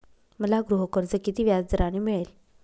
मला गृहकर्ज किती व्याजदराने मिळेल?